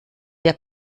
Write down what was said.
der